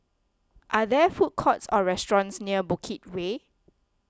are there food courts or restaurants near Bukit Way